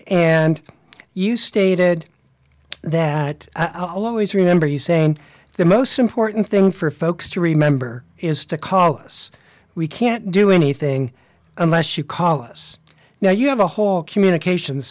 and you stated that i'll always remember you saying the most important thing for folks to remember is to call us we can't do anything unless you call us now you have a whole communication